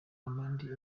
abandi